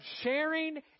sharing